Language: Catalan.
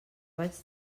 vaig